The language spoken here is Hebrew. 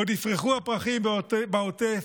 עוד יפרחו הפרחים בעוטף,